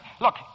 Look